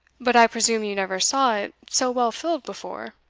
but i presume you never saw it so well filled before